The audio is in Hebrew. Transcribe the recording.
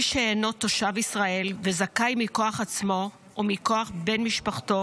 מי שאינו תושב ישראל וזכאי מכוח עצמו או מכוח בן משפחתו